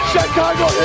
Chicago